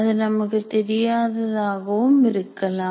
அது நமக்குத் தெரியாததாகவும் இருக்கலாம்